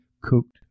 cooked